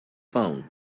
phone